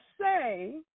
say